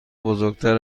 بزرگتر